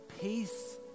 peace